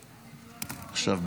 עכשיו,